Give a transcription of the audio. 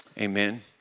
amen